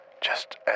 just